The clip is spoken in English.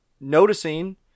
noticing